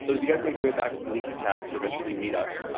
so as you guys make your way back to the leaky tap to eventually meet up,